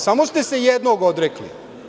Samo ste se jednog odrekli.